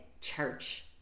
church